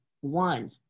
one